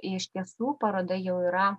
iš tiesų paroda jau yra